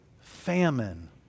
famine